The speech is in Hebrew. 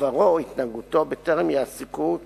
עברו או התנהגותו, בטרם יעסיקוהו כשומר.